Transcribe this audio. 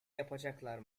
yapacaklar